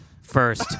First